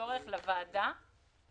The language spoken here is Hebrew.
לוועדה יש צורך